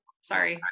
sorry